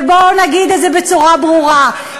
ובואו נגיד את זה בצורה ברורה,